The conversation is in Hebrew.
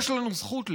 יש לנו זכות לעיר.